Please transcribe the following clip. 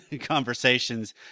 conversations